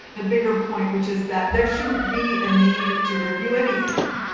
the bigger point, which is that, there should not be a need to review anything.